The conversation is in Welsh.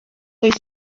does